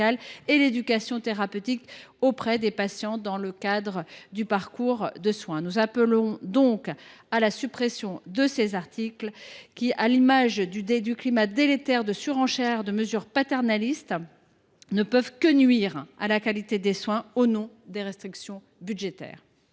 par l’éducation thérapeutique des patients, dans le cadre du parcours de soins. Nous appelons donc à la suppression de cet article qui, à l’image du climat délétère de surenchère de mesures paternalistes, ne peut que nuire à la qualité des soins au nom de restrictions budgétaires.